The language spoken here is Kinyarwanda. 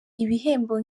ibihembo